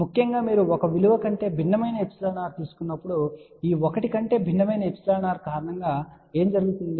ముఖ్యంగా మీరు 1 విలువ కంటే భిన్నమైన εr తీసుకున్నప్పుడు ఈ 1 కంటే భిన్నమైన εr కారణంగా ఏమి జరుగుతుంది